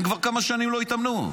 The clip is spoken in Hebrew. הם כבר כמה שנים לא התאמנו.